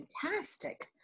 fantastic